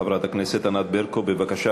חברת הכנסת ענת ברקו, בבקשה.